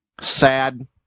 sad